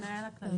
המנהל הכללי.